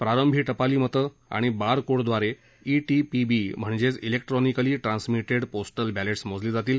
प्रारंभी टपाली मतं आणि बारकोडद्वारे इटीपीबी म्हणजेच इलेक्ट्रॉनिकली ट्रान्समिटेड पोस्टल बॅलेट मोजली जातील